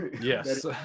Yes